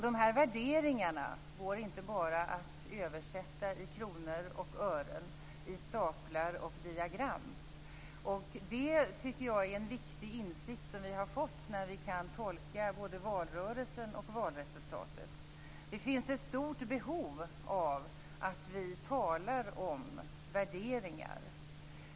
De här värderingarna går inte bara att översätta i kronor och ören, i staplar och diagram. Det är en viktig insikt som vi har fått när vi kan tolka både valrörelsen och valresultatet. Det finns ett stort behov av att vi talar om värderingar.